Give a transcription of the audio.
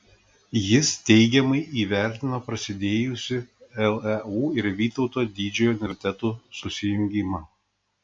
jis teigiamai įvertino prasidėjusį leu ir vytauto didžiojo universitetų susijungimą